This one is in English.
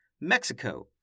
Mexico